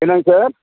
என்னங்க சார்